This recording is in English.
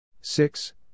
six